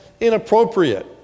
inappropriate